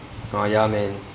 oh ya man